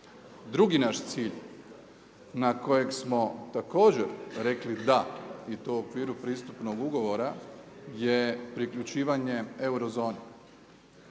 Drugi naš cilj na kojeg smo također rekli da i to u okviru pristupnog ugovora je priključivanje euro zoni.